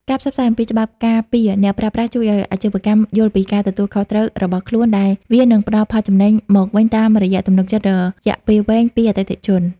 ការផ្សព្វផ្សាយអំពីច្បាប់ការពារអ្នកប្រើប្រាស់ជួយឱ្យអាជីវកម្មយល់ពីការទទួលខុសត្រូវរបស់ខ្លួន ដែលវានឹងផ្ដល់ផលចំណេញមកវិញតាមរយៈទំនុកចិត្តរយៈពេលវែងពីអតិថិជន។